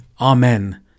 Amen